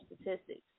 statistics